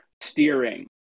steering